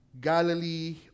Galilee